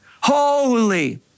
holy